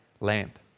lamp